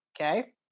Okay